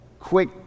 quick